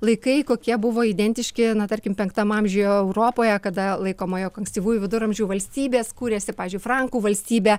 laikai kokie buvo identiški na tarkim penktam amžiuje europoje kada laikoma jog ankstyvųjų viduramžių valstybės kūrėsi pavyzdžiui frankų valstybė